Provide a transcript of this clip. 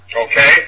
Okay